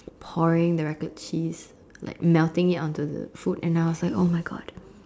pouring the Raclette cheese like melting it onto the food and I was like !oh-my-God!